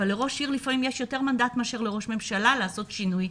אבל לפעמים לראש עיר יש יותר מנדט מאשר לראש ממשלה לעשות שינוי.